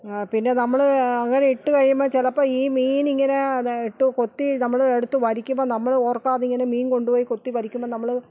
പിന്നെ നമ്മള് അങ്ങനെ ഇട്ടുകഴിയുമ്പോൾ ചിലപ്പോൾ ഈ മീന് ഇങ്ങനെ ഇട്ട് കൊത്തി നമ്മള് എടുത്ത് വലിക്കുമ്പോൾ നമ്മള് ഓർക്കാതെ ഇങ്ങനെ മീൻ കൊണ്ടുപോയി കൊത്തി വലിക്കുമ്പോൾ നമ്മള്